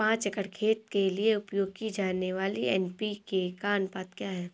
पाँच एकड़ खेत के लिए उपयोग की जाने वाली एन.पी.के का अनुपात क्या है?